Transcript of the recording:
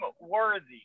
worthy